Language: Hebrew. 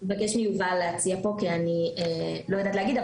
אני אבקש מיובל להציע פה כי אני לא יודעת להגיד.